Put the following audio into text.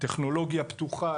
טכנולוגיה פתוחה.